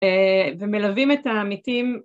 ומלווים את העמיתים